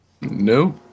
No